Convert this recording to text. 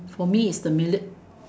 for me it's the minutes